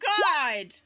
god